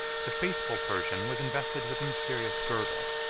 the faithful persian was invested with a mysterious girdle,